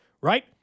right